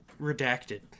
Redacted